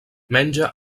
menja